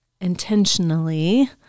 intentionally